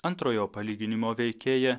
antrojo palyginimo veikėją